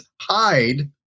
hide